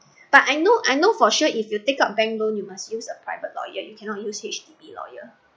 but I know I know for sure if you take out bank loan you must use a private lawyer you cannot use H_D_B lawyer